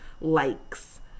likes